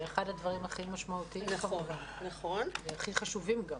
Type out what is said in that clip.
זה אחד הדברים הכי משמעותיים פה, והכי חשובים גם.